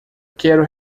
quero